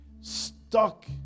stuck